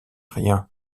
rien